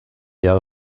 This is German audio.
jahre